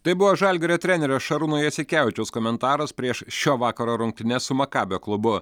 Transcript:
tai buvo žalgirio trenerio šarūno jasikevičiaus komentaras prieš šio vakaro rungtynes su makabio klubu